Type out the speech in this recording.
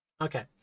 Okay